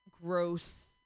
gross